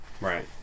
Right